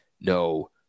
No